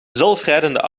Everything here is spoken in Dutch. zelfrijdende